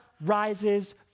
rises